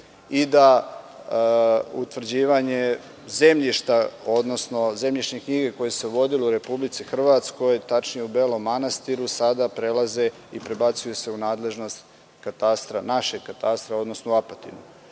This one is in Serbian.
i da utvrđivanje zemljišta, odnosno zemljišnih knjiga, koje se vodilo u Republici Hrvatskoj, tačnije u Belom Manastiru, sada prelaze i prebacuju se u nadležnost našeg katastra, odnosno u Apatinu.